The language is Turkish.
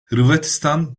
hırvatistan